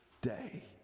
day